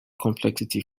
complexity